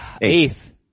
Eighth